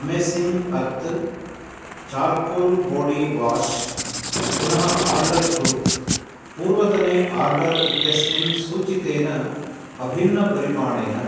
amazing earth charcoal body wash पुनः order कुरु पूर्वतने आर्डर् इत्यस्मिन् सूचितेन अभिन्नपरिमाणेन